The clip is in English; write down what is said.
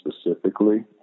specifically